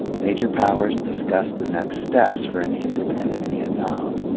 major powers discuss the next steps for an independent vietnam.